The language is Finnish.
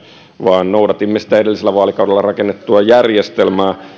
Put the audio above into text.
vaan noudatimme sitä edellisellä vaalikaudella rakennettua järjestelmää